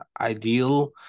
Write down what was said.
ideal